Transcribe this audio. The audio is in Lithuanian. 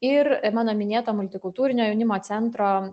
ir mano minėto multikultūrinio jaunimo centro